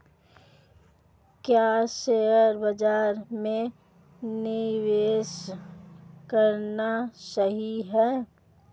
क्या शेयर बाज़ार में निवेश करना सही है?